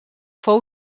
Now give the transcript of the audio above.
fou